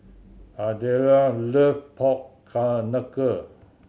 Ardelle loves pork knuckle